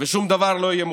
ושום דבר לא יהיה מוכן.